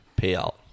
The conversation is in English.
payout